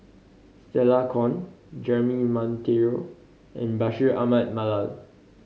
Stella Kon Jeremy Monteiro and Bashir Ahmad Mallal